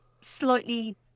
slightly